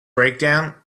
breakdown